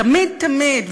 תמיד תמיד,